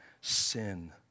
sin